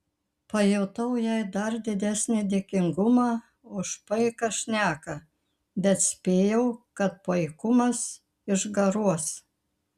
pajutau jai dar didesnį dėkingumą už paiką šneką bet spėjau kad paikumas išgaruos